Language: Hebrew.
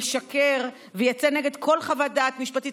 ישקר ויצא נגד כל חוות דעת משפטית,